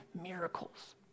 miracles